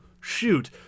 shoot